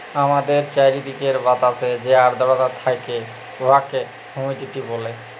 আমাদের চাইরদিকের বাতাসে যে আদ্রতা থ্যাকে উয়াকে হুমিডিটি ব্যলে